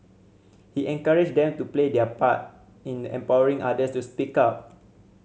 he encouraged them to play their part in empowering others to speak up